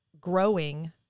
growing